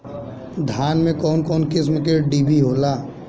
धान में कउन कउन किस्म के डिभी होला?